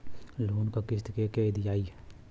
Loan क किस्त के के दियाई?